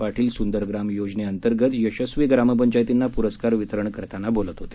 पाटील सुंदर ग्राम योजने अंतर्गत यशस्वी ग्रामपंचायतींना पुरस्कार वितरण करताना बोलत होते